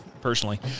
personally